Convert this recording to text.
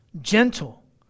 gentle